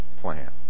plan